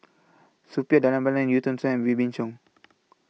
Suppiah Dhanabalan EU Tong Sen and Wee Beng Chong